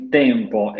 tempo